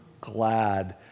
glad